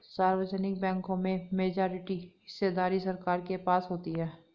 सार्वजनिक बैंकों में मेजॉरिटी हिस्सेदारी सरकार के पास होती है